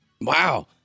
Wow